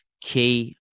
key